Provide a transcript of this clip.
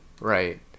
right